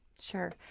Sure